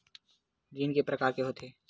ऋण के प्रकार के होथे?